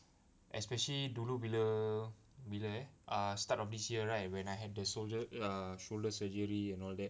especially dulu bila bila eh err start of this year right when I had the shoulder err shoulder surgery and all that